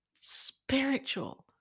spiritual